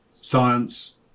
science